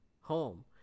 home